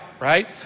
right